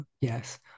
yes